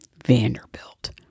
Vanderbilt